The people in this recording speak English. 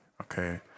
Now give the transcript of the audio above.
Okay